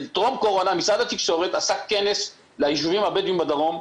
טרום קורונה משרד התקשורת עשה כנס ליישובים הבדואים לדרום,